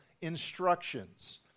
instructions